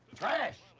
trash!